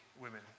women